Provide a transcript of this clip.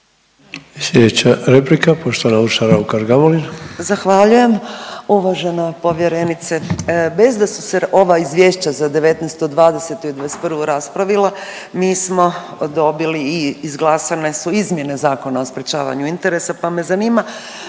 Gamulin. **Raukar-Gamulin, Urša (Možemo!)** Zahvaljujem. Uvažena povjerenice bez da su se ova izvješća za '19., '20. i '21. raspravila mi smo dobili i izglasane su izmjene Zakona o sprječavanju interesa, pa me zanima